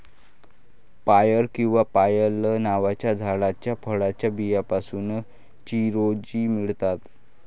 पायर किंवा पायल नावाच्या झाडाच्या फळाच्या बियांपासून चिरोंजी मिळतात